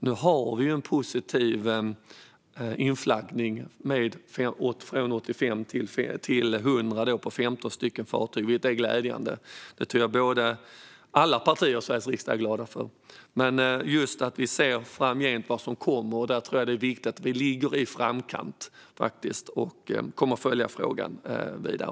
Nu har vi en positiv inflaggning på 15 fartyg - från 85 till 100 - vilket är glädjande och något som jag tror att alla partier i Sveriges riksdag är glada för. Men vi måste se vad som kommer framgent, och jag tror att det är viktigt att vi ligger i framkant. Jag kommer att följa frågan vidare.